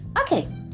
Okay